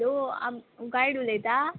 hello आम गायड उलयता